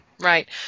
Right